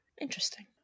interesting